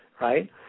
right